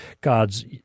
God's